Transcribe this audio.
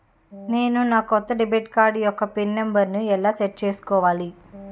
నేను నా కొత్త డెబిట్ కార్డ్ యెక్క పిన్ నెంబర్ని ఎలా సెట్ చేసుకోవాలి?